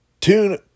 Tune